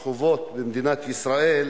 הרעה של החוק הזה תהיה בכל הכיוונים,